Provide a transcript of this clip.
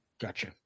Gotcha